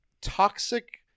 Toxic